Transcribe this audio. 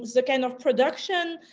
the kind of production,